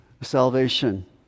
salvation